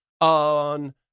on